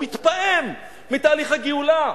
הוא מתפעם מתהליך הגאולה.